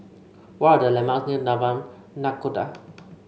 what are the landmark near Taman Nakhoda